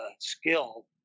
skill